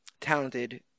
talented